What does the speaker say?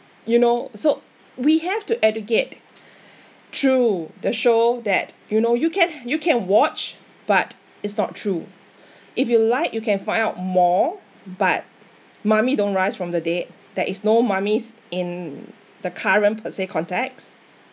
you know so we have to educate through the show that you know you can you can watch but it's not true if you like you can find out more but mummy don't rise from the dead there is no mummies in the current per se contexts